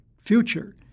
future